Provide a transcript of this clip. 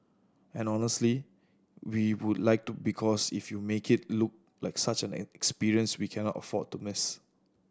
and honestly we would like to because if you make it look like such an experience we cannot afford to miss